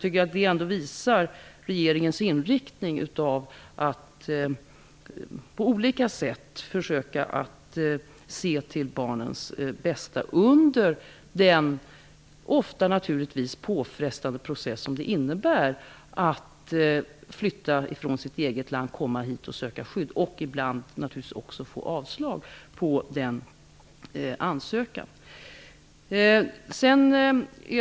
Det visar ändå regeringens strävan att på olika sätt se till barnens bästa under den naturligtvis ofta påfrestande process som det innebär att flytta från sitt eget land för att komma hit och söka skydd -- och ibland få avslag på sin ansökan.